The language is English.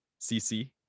CC